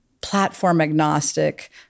platform-agnostic